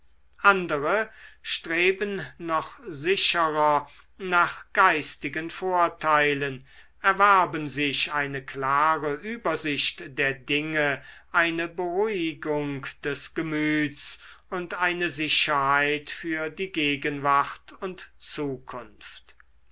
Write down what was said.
andere streben noch sicherer nach geistigen vorteilen erwerben sich eine klare übersicht der dinge eine beruhigung des gemüts und eine sicherheit für die gegenwart und zukunft